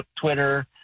Twitter